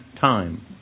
time